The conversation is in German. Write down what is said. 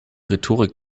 rhetorik